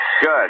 Good